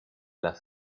las